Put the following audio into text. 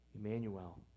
Emmanuel